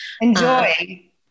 Enjoy